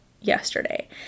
yesterday